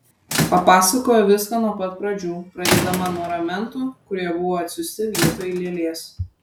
papasakojo viską nuo pat pradžių pradėdama nuo ramentų kurie buvo atsiųsti vietoj lėlės